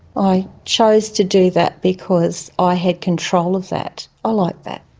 i chose to do that because i had control of that. i liked that.